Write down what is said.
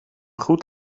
goed